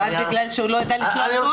רק בגלל שהוא לא ידע לשלוח טופס.